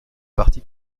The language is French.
parti